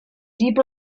deep